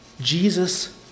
Jesus